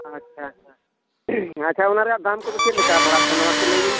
ᱟᱪᱪᱷᱟ ᱟᱪᱪᱷᱟ ᱟᱪᱪᱷᱟ ᱚᱱᱟ ᱨᱮᱭᱟᱜ ᱫᱟᱢ ᱠᱚᱫᱚ ᱪᱮᱫᱞᱮᱠᱟ ᱯᱟᱲᱟᱜ ᱠᱟᱱᱟ ᱢᱟᱥᱮ ᱞᱟᱹᱭ ᱵᱤᱱ